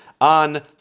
on